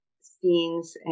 scenes